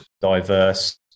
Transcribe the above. diverse